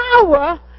power